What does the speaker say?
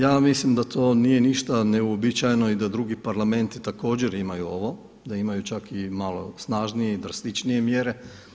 Ja mislim da to nije ništa neuobičajeno i da drugi parlamenti također imaju ovo, da imaju čak i malo snažnije i drastičnije mjere.